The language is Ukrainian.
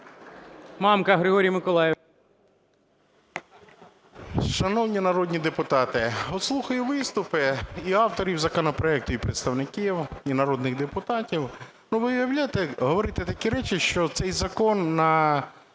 Мамка Григорій Миколайович.